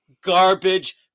garbage